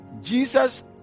Jesus